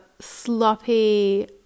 sloppy